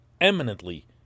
eminently